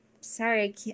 sorry